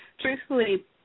truthfully